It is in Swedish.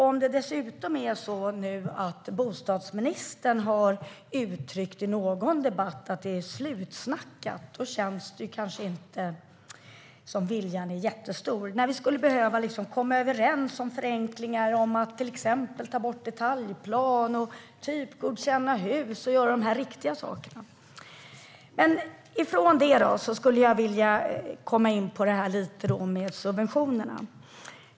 Om det dessutom är så att bostadsministern har uttryckt i någon debatt att det är slutsnackat så känns det kanske inte som att viljan är jättestor. I stället skulle vi ju behöva komma överens om förenklingar, till exempel att ta bort detaljplan, typgodkänna hus och göra de här riktiga sakerna. Från detta skulle jag vilja komma in på subventionerna.